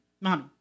mommy